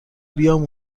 بیام